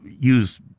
use